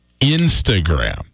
Instagram